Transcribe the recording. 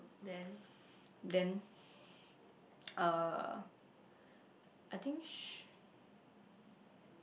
then uh I think she